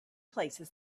places